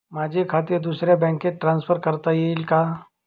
माझे खाते दुसऱ्या बँकेत ट्रान्सफर करता येईल का?